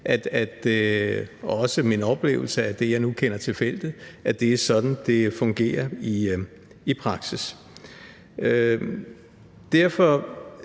og også min oplevelse ud fra det, jeg nu kender til feltet – at det er sådan, det fungerer i praksis. Derfor